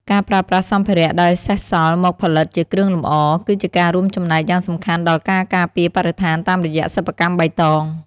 ការប្រើប្រាស់សម្ភារៈដែលសេសសល់មកផលិតជាគ្រឿងលម្អ គឺជាការរួមចំណែកយ៉ាងសំខាន់ដល់ការការពារបរិស្ថានតាមរយៈសិប្បកម្មបៃតង។